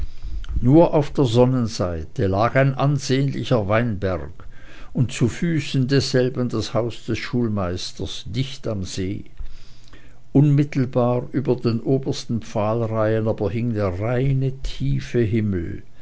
nur auf der sonnenseite lag ein ansehnlicher weinberg und zu füßen desselben das haus des schulmeisters dicht am see unmittelbar über den obersten pfahlreihen aber hing der reine tiefe himmel